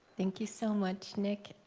thank you so much, nick.